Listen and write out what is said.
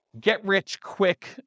get-rich-quick